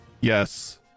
yes